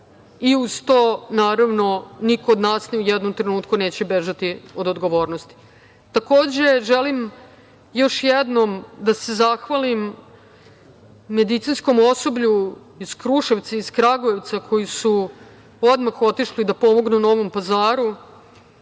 i uz to naravno niko od nas, ni u jednom trenutku neće bežati od odgovornosti. Takođe, želim još jednom da se zahvalim medicinskom osoblju iz Kruševca, iz Kragujevca koji su odmah otišli da pomognu Novom Pazaru